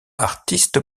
artiste